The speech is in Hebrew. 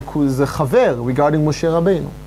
הוא... זה חבר, regarding משה רבינו